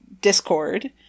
Discord